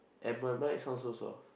and my mic it sound so soft